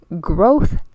growth